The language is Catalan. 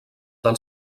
del